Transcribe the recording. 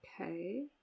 Okay